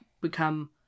become